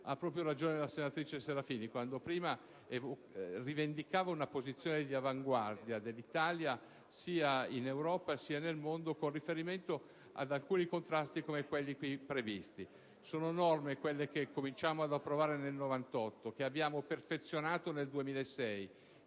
caso, ha ragione la senatrice Serafini quando prima rivendicava una posizione di avanguardia dell'Italia sia in Europa che nel mondo, con riferimento ad alcuni contrasti, come quelli qui previsti. Sono norme, quelle che cominciammo ad approvare nel 1998, che abbiamo perfezionato nel 2006,